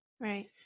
Right